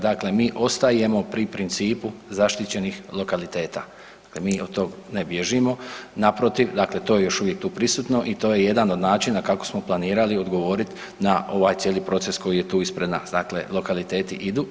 Dakle, mi ostajemo pri principu zaštićenih lokaliteta, mi od tog ne bježimo, naprotiv to je još uvijek tu prisutno i to je jedan od načina kako smo planirali odgovorit na ovaj cijeli proces koji je tu ispred nas, dakle lokaliteti idu.